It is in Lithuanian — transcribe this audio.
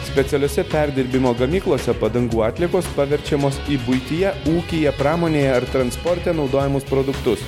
specialiose perdirbimo gamyklose padangų atliekos paverčiamos į buityje ūkyje pramonėje ar transporte naudojamus produktus